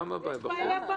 למה בעיה בחוק?